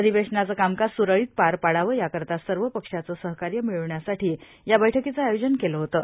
अधिवेशनाचं कामकाज स्रळीत पार पडावं याकरता सर्व पक्षांचं सहकार्य मिळवण्यासाठी या बैठकीचं आयोजन केलं होतं